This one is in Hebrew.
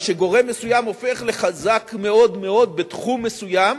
אבל כשגורם מסוים הופך לחזק מאוד מאוד בתחום מסוים,